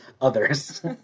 others